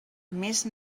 més